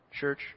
church